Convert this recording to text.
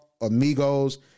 amigos